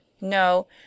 No